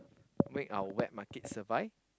make our wet market survive